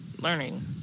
learning